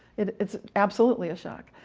it's absolutely a shock.